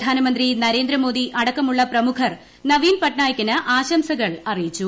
പ്രധാനമന്ത്രി നരേന്ദ്രമോദി അടക്കമുള്ള പ്രമുഖർ നവീൻ പട്നായിക്കിന് ആശംസകൾ അറിയിച്ചു